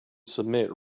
submit